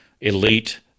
elite